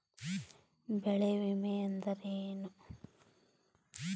ಬೆಳೆ ವಿಮೆ ಅಂದರೇನು?